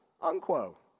unquote